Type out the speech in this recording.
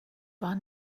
war